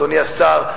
אדוני השר,